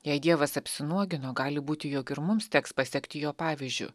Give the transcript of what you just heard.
jei dievas apsinuogino gali būti jog ir mums teks pasekti jo pavyzdžiu